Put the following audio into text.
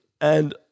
and-